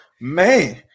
Man